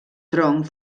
tronc